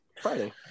Friday